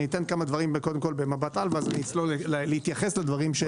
אני אומר כמה דברים במבט על ואז אצלול להתייחס לדברים.